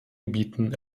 gebieten